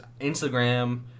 Instagram